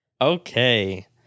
Okay